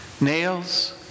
nails